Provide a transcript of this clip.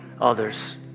others